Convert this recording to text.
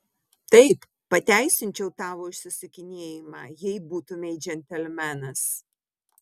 taip pateisinčiau tavo išsisukinėjimą jei būtumei džentelmenas